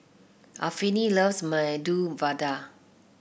Anfernee loves Medu Vada